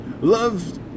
love